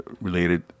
related